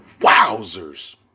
Wowzers